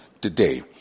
today